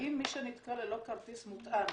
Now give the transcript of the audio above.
האם מי שנתקע ללא כרטיס מוטען